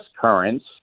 currents